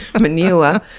manure